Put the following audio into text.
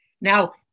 Now